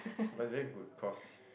were but is very good cause